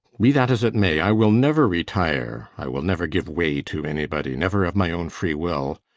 be that as it may i will never retire! i will never give way to anybody! never of my own free will.